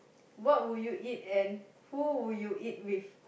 what would you eat and who would you eat with